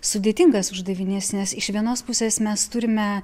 sudėtingas uždavinys nes iš vienos pusės mes turime